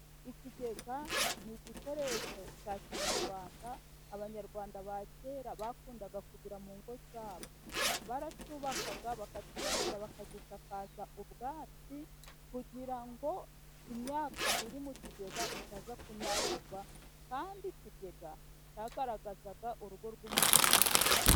Ikigega ni igikoresho cya kinyarwanda, abanyarwanda ba kera bakundaga kugira mu ngo zabo, baracyubakaga, bakacubakira, bakagisakaza ubwatsi kugira ngo imyaka iri mu kigega itaza kunyagirwa, kandi ikigega cyagaragazaga urugo rw' umukungu.